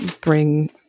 bring